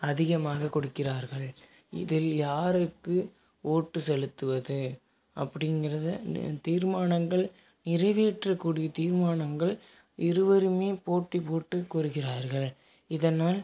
அதிகமாக கொடுக்கிறார்கள் இதில் யாருக்கு ஓட்டு செலுத்துவது அப்படிங்கிற தீர்மானங்கள் நிறைவேற்றக்கூடிய தீர்மானங்கள் இருவருமே போட்டி போட்டுக்கொள்கிறார்கள் இதனால்